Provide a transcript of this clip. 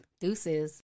Deuces